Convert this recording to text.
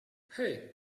hey